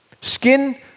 Skin